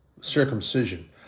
circumcision